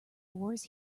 oars